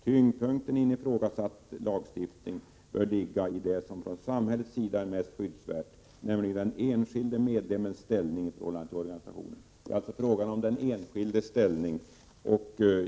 Tyngdpunkten i en ifrågasatt lagstiftning bör ligga i det som från samhällets sida är mest skyddsvärt, nämligen den enskilde medlemmens ställning i förhållande till organisationen.” Det är alltså fråga om den enskildes ställning.